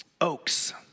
Oaks